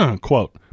quote